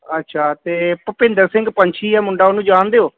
ਅੱਛਾ ਅਤੇ ਭੁਪਿੰਦਰ ਸਿੰਘ ਪੰਛੀ ਹੈ ਮੁੰਡਾ ਉਹਨੂੰ ਜਾਣਦੇ ਹੋ